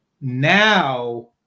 Now